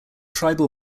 tribal